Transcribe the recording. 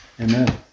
Amen